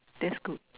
that's good